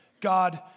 God